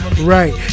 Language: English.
Right